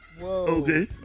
Okay